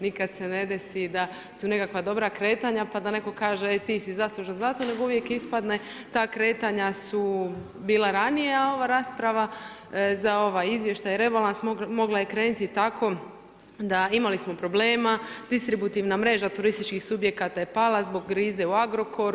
Nikada se ne desi da su nekakva dobra kretanja, pa da netko kaže e ti si zaslužan za to, nego uvijek ispadne ta kretanja su bila ranije, a ova rasprava za ovaj izvještaj rebalans mogla je krenuti i tako da imali smo problema, distributivna mreža turističkih subjekata je pala zbog krize u Agrokoru.